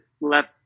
left